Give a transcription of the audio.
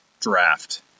draft